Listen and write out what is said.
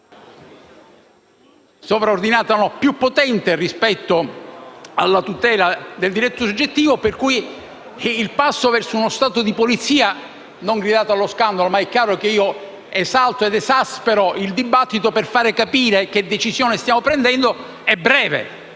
il passo verso uno Stato di polizia - non gridate allo scandalo, è chiaro che io esalto ed esaspero il dibattito per far capire quale decisione stiamo prendendo - sarebbe